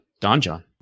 Donjon